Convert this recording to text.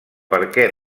perquè